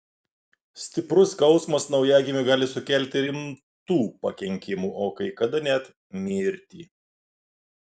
stiprus skausmas naujagimiui gali sukelti rimtų pakenkimų o kai kada net mirtį